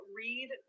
read